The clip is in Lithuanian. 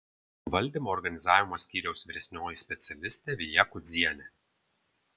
valdymo organizavo skyriaus vyresnioji specialistė vija kudzienė